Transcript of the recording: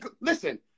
Listen